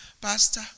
pastor